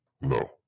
No